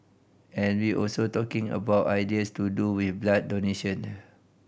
and we also talking about ideas to do with blood donation